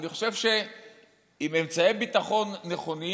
אני חושב שעם אמצעי ביטחון נכונים